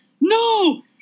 no